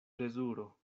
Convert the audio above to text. plezuro